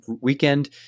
weekend